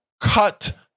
cut